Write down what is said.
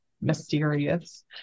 mysterious